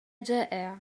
جائع